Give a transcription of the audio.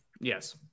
Yes